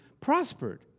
prospered